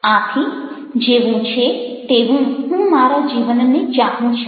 આથી જેવું છે તેવું હું મારા જીવનને ચાહું છું